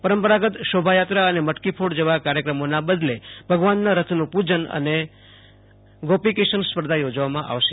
પરંપરાગત શોભાયાત્રા ને મટેકીફોડોજેવા કાર્યક્રમોના બદલે ભગવાનના રથનું પૂજન ને ગોપી કિશન સ્પર્ધા યોજવામાં આવશે